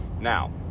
Now